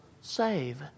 save